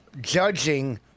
judging